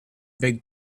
big